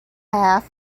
half